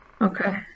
Okay